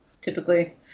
typically